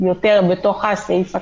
יותר בתוך הסעיף הקיים,